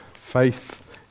faith